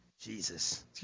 Jesus